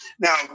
now